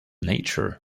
nature